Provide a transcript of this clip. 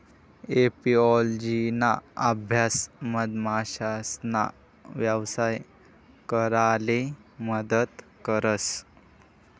एपिओलोजिना अभ्यास मधमाशासना यवसाय कराले मदत करस